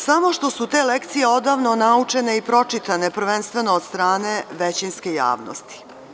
Samo što su te lekcije odavno naučene i pročitane, prvenstveno od strane većinske javnosti.